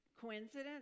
coincidence